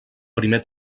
primer